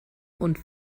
und